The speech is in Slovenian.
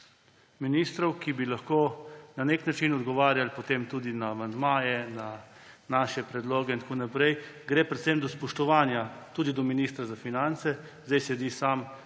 ministrov, ki bi lahko na nek način odgovarjali potem tudi na amandmaje, na naše predloge in tako naprej. Gre predvsem za spoštovanje tudi do ministra za finance. Zdaj sedi sam.